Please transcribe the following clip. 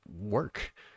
Work